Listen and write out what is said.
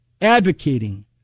Advocating